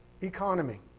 economy